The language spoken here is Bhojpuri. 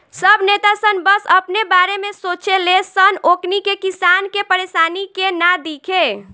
सब नेता सन बस अपने बारे में सोचे ले सन ओकनी के किसान के परेशानी के ना दिखे